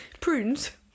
Prunes